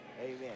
Amen